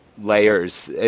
layers